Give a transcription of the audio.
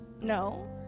no